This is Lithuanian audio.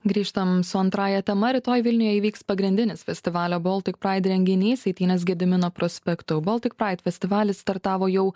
grįžtam su antrąja tema rytoj vilniuje įvyks pagrindinis festivalio baltic praidi renginys eitynės gedimino prospektu baltic praid festivalis startavo jau